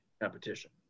competition